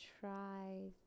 try